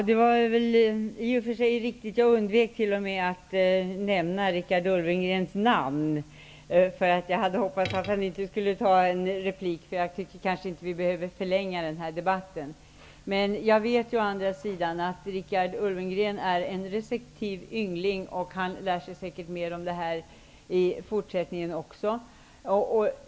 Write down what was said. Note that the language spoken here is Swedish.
Herr talman! Det är i och för sig riktigt. Jag undvek t.o.m. att nämna Richard Ulfvengrens namn. Jag hoppades att han inte skulle begära replik. Jag tyckte att vi inte behövde förlänga denna debatt. Men å andra sidan vet jag att Richard Ulfvengren är en receptiv yngling. Han lär sig säkert mer om detta också i fortsättningen.